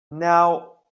now